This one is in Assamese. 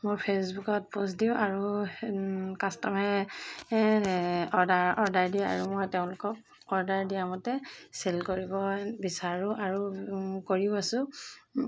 মোৰ ফেচবুকত প'ষ্ট দিওঁ আৰু কাষ্টমাৰে অৰ্ডাৰ অৰ্ডাৰ দিয়ে আৰু মই তেওঁলোকক অৰ্ডাৰ দিয়া মতে চেল কৰিব বিচাৰোঁ আৰু কৰিও আছোঁ